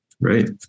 right